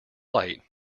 light